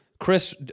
Chris